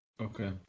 Okay